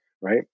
right